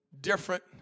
different